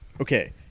okay